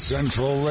Central